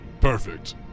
Perfect